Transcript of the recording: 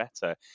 better